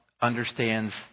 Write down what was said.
understands